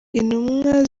intumwa